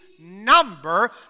number